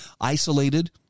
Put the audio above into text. isolated